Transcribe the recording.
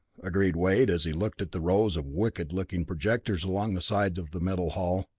agreed wade as he looked at the rows of wicked-looking projectors along the sides of the metal hull,